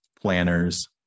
planners